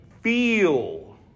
feel